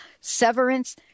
severance